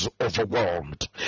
Overwhelmed